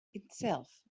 itself